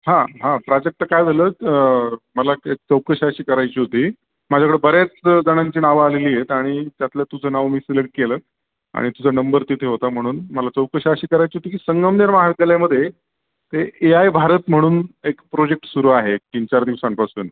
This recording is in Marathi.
हां हां प्राजक्ता काय झालं मला एक चौकशी अशी करायची होती माझ्याकडं बऱ्याच जणांची नावं आलेली आहेत आणि त्यातलं तुझं नाव मी सिलेक्ट केलं आणि तुझा नंबर तिथे होता म्हणून मला चौकशी अशी करायची होती की संगमनेर महाविद्यालयामध्ये ते ए आय भारत म्हणून एक प्रोजेक्ट सुरू आहे तीनचार दिवसांपासून